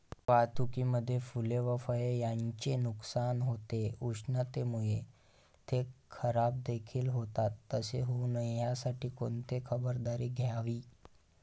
वाहतुकीमध्ये फूले व फळे यांचे नुकसान होते, उष्णतेमुळे ते खराबदेखील होतात तसे होऊ नये यासाठी कोणती खबरदारी घ्यावी?